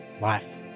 life